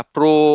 Pro